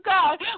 God